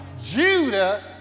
Judah